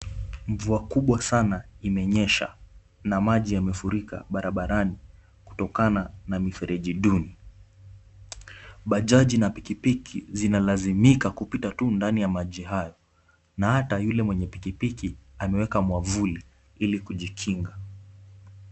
Mvua kubwa sana imenyesha na maji yamefurika barabarani kutokana na mifereji duni. Bajaji na pikipiki zinalazimika kupita tu ndani ya maji hayo na hata yule mwenye pikipiki ameweka mwavuli ili kujikinga.